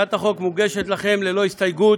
הצעת החוק מוגשת לכם ללא הסתייגויות,